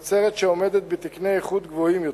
תוצרת שעומדת בתקני איכות גבוהים יותר.